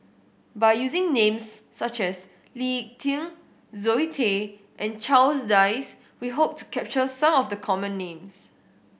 by using names such as Lee Tieng Zoe Tay and Charles Dyce we hope to capture some of the common names